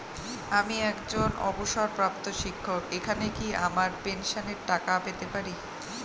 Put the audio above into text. আমি একজন অবসরপ্রাপ্ত শিক্ষক এখানে কি আমার পেনশনের টাকা পেতে পারি?